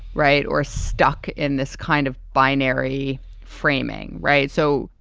right, or stuck in this kind of binary framing. right. so,